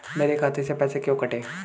मेरे खाते से पैसे क्यों कटे?